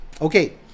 Okay